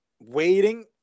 waiting